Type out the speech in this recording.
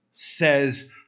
says